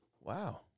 Wow